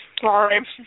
Sorry